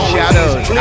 Shadows